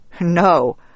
No